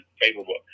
favorable